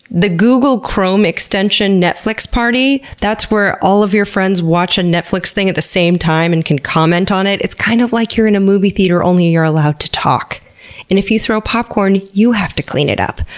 the google chrome extension, netflix party, that's where all of your friends watch a netflix thing at the same time and can comment on it. it's kind of like you're in a movie theatre only you're allowed to talk. and if you throw popcorn, you have to clean it up.